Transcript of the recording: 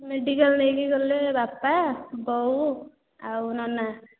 medical ନେଇକି ଗଲେ ବାପା ବୋଉ ଆଉ ନନା